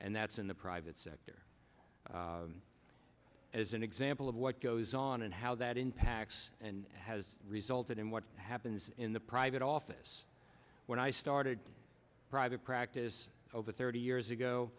and that's in the private sector as an example of what goes on and how that impacts and has resulted in what happens in the private office when i started private practice over thirty years ago